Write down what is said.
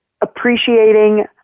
appreciating